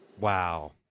Wow